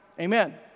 Amen